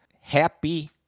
Happy